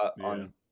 on